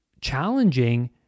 challenging